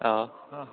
औ